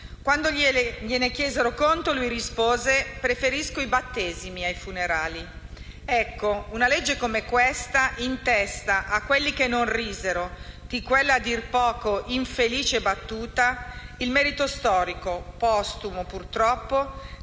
Quando gliene chiesero conto lui rispose: «Preferisco i battesimi ai funerali».